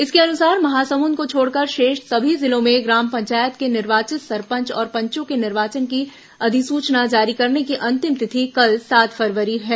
इसके अनुसार महासमुंद को छोड़कर शेष सभी जिलों में ग्राम पंचायत के निर्वाचित सरपंच और पंचों के निर्वाचन की अधिसूचना जारी करने की अंतिम तिथि कल सात फरवरी है